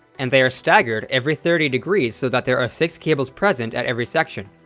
and they are staggered every thirty degrees so that there are six cables present at every section.